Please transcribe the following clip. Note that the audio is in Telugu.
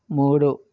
మూడు